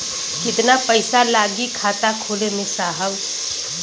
कितना पइसा लागि खाता खोले में साहब?